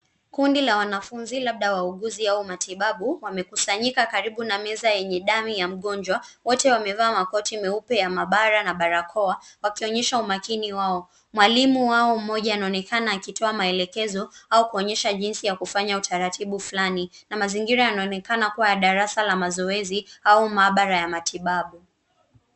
Kundi la wanafunzi labda wa uuguzi au matibabu wamekusanyika karibu na meza yenye dani ya mgonjwa. Wote wamevaa makoti meupe ya maabara na barakoa wakionyesha umakini wao. Mwalimu wao mmoja anaonekana akitoa maelekezo au kuonyesha jinsi ya kufanya utaratibu fulani na mazingira yanaonekana kuwa ya darasa la mazoezi au maabara ya matibabu.